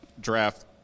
draft